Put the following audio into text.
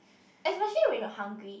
especially when you're hungry